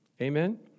Amen